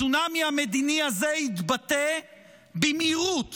הצונאמי המדיני הזה יתבטא במהירות